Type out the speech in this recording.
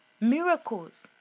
Miracles